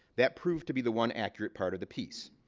that proved to be the one accurate part of the piece.